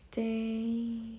dang